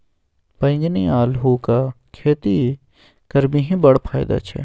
बैंगनी अल्हुआक खेती करबिही बड़ फायदा छै